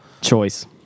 Choice